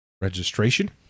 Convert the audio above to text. registration